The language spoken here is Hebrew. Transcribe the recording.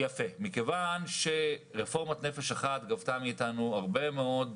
מכיוון שרפורמת "נפש אחת" גבתה מאתנו הרבה מאוד